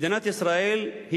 מדינת ישראל היא